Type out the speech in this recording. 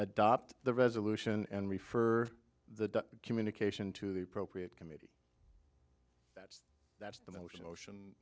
adopt the resolution and refer the communication to the appropriate committees that's the motion ocean